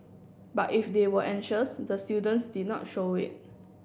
but if they were anxious the students did not show it